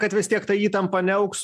kad vis tiek ta įtampa neaugs